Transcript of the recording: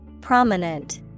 Prominent